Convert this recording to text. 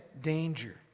danger